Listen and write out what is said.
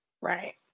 Right